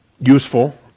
useful